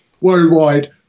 worldwide